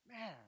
Man